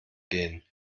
gehen